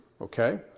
Okay